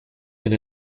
and